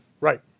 Right